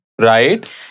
right